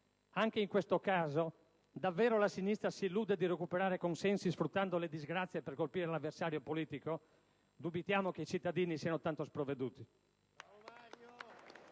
anche in questo caso, di recuperare consensi sfruttando le disgrazie per colpire l'avversario politico? Dubitiamo che i cittadini siano tanto sprovveduti.